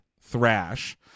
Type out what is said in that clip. Thrash